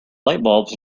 lightbulbs